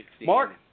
Mark